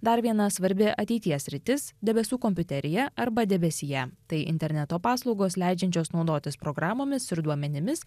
dar viena svarbi ateities sritis debesų kompiuterija arba debesyje tai interneto paslaugos leidžiančios naudotis programomis ir duomenimis